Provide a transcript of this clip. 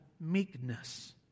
meekness